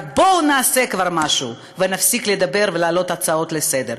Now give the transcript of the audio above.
רק בואו כבר נעשה משהו ונפסיק לדבר ולהעלות הצעות לסדר-היום.